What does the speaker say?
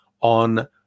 on